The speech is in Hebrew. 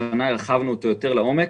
והשנה הרחבנו אותו יותר לעומק.